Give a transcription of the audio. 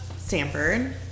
Stanford